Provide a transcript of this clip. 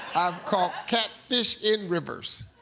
i've caught catfish in rivers.